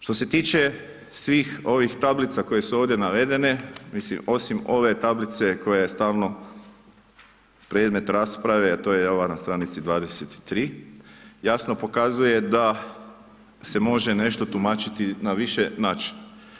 Što se tiče svih ovih tablica koje su ovdje navedene, mislim osim ove tablice koja je stalno predmet rasprave a to je ova na stranici 23, jasno pokazuje da se može nešto tumačiti na više načina.